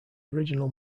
original